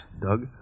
Doug